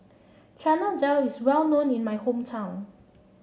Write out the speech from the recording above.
Chana Dal is well known in my hometown